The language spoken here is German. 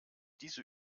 diese